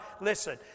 listen